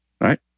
right